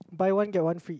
buy one get one free